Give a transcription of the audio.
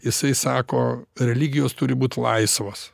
jisai sako religijos turi būt laisvos